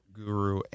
guru